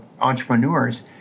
entrepreneurs